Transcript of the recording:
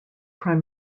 prime